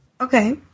Okay